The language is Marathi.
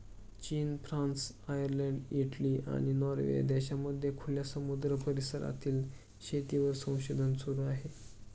चीन, फ्रान्स, आयर्लंड, इटली, आणि नॉर्वे या देशांमध्ये खुल्या समुद्र परिसरातील शेतीवर संशोधन सुरू आहे